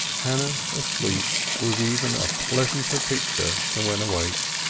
hannah asleep was even a pleasanter picture than when awake.